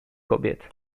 kobiet